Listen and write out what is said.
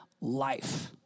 life